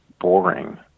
boring